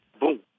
boom